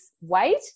weight